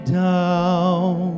down